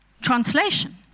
translation